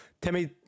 Timmy